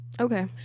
Okay